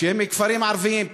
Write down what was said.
שהם כפרים ערביים.